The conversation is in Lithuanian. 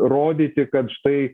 rodyti kad štai